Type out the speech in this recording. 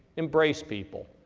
embrace people.